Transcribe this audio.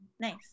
Nice